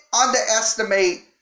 underestimate